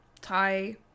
Thai